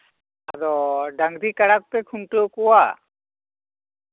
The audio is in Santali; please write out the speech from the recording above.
ᱟᱫᱚ ᱰᱟᱝᱨᱤ ᱠᱟᱲᱟ ᱠᱚᱯᱮ ᱠᱷᱩᱱᱴᱟᱹᱣ ᱠᱚᱣᱟ